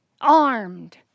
Armed